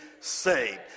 saved